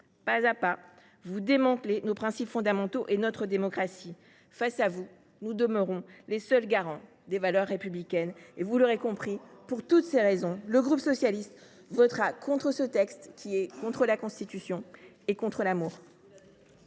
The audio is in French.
pas à pas, vous démantelez nos principes fondamentaux et notre démocratie. Face à vous, nous demeurons les seuls garants des valeurs républicaines. Non, vous les détruisez ! Pour toutes ces raisons, le groupe socialiste votera contre ce texte, qui est contre la Constitution et contre l’amour.